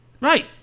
Right